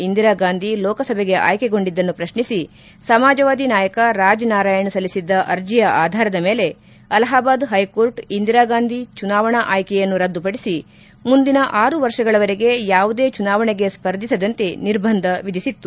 ಇಂದಿರಾಗಾಂಧಿ ಲೋಕಸಭೆಗೆ ಆಯ್ಕೆಗೊಂಡಿದ್ದನ್ನು ಪ್ರಶ್ನಿಸಿ ಸಮಾಜವಾದಿ ನಾಯಕ ರಾಜ್ನಾರಾಯಣ್ ಸಲ್ಲಿಸಿದ್ದ ಅರ್ಜಿಯ ಆಧಾರದ ಮೇಲೆ ಅಲಹಾಬಾದ್ ಹೈಕೋರ್ಟ್ ಇಂದಿರಾಗಾಂಧಿ ಚುನಾವಣಾ ಆಯ್ಲೆಯನ್ನು ರದ್ದುಪಡಿಸಿ ಮುಂದಿನ ಆರು ವರ್ಷಗಳವರೆಗೆ ಯಾವುದೇ ಚುನಾವಣೆಗೆ ಸ್ಪರ್ಧಿಸದಂತೆ ನಿರ್ಬಂಧ ವಿಧಿಸಿತ್ತು